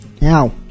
now